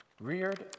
Reared